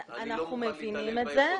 אני לא מוכן להתעלל בהם חודשים.